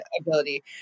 ability